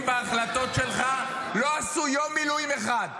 בהחלטות שלך שלא עשו יום מילואים אחד.